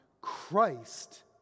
Christ